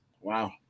Wow